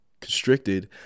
constricted